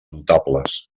notables